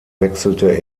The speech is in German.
wechselte